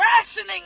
rationing